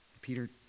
Peter